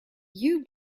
you